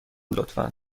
لطفا